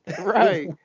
Right